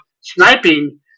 sniping